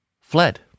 fled